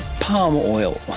palm oil.